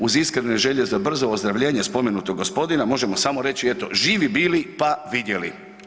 Uz iskrene želje za brzo ozdravljenje spomenutog gospodina, možemo samo reći eto, živi bili pa vidjeli.